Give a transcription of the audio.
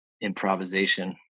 improvisation